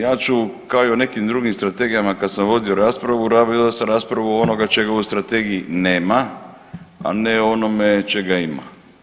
Ja ću kao i o nekim drugim strategijama kad sam vodio raspravu, ... raspravu onoga čega u strategiji nema, a ne onome čega ima.